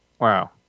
wow